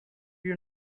you